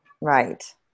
Right